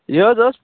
یہِ حظ اوس